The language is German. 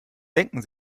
denken